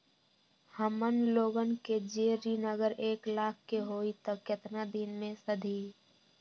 हमन लोगन के जे ऋन अगर एक लाख के होई त केतना दिन मे सधी?